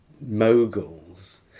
moguls